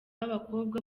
b’abakobwa